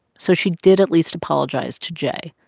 so she did at least apologize to j,